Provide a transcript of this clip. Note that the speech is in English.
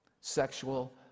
sexual